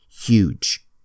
huge